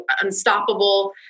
unstoppable